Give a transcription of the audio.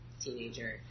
teenager